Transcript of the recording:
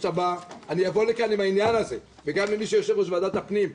הבא וגם למי שיהיה יושב-ראש ועדת הפנים,